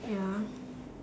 ya